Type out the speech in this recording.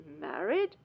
married